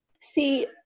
See